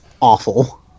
awful